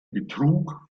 betrug